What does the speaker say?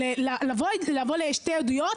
לבוא לשתי עדויות,